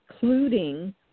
including